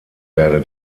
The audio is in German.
werde